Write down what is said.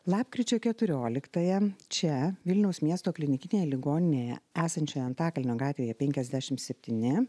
lapkričio keturioliktąją čia vilniaus miesto klinikinėje ligoninėje esančioj antakalnio gatvėje penkiasdešimt septyni